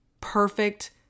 perfect